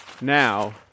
now